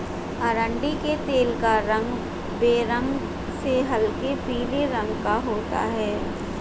अरंडी के तेल का रंग बेरंग से हल्के पीले रंग का होता है